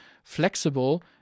flexible